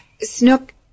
Snook